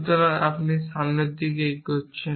সুতরাং আপনি সামনের দিকে এগোচ্ছেন